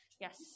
yes